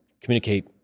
communicate